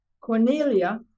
cornelia